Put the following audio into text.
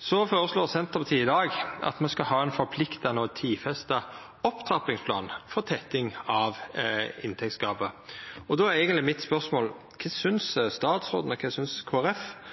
Så foreslår Senterpartiet i dag at me skal ha ein forpliktande og tidfesta opptrappingsplan for tetting av inntektsgapet. Då er eigentleg spørsmålet mitt: Kva synest statsråden og kva synest